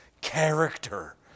character